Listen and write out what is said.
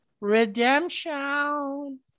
redemption